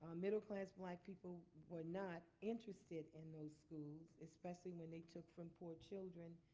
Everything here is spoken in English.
ah middle class black people were not interested in those schools, especially when they took from poor children.